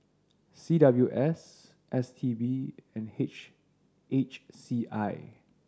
C W S S T B and H H C I